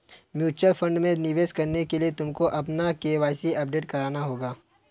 mutual fund में निवेश करने के लिए भी तुमको अपना के.वाई.सी अपडेट कराना होगा